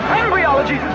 embryology